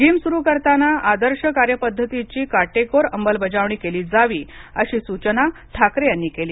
gym सुरू करताना आदर्श कार्यपद्धतीची काटेकोर अंमलबजावणी केली जावी अशी सूचना ठाकरे यांनी केली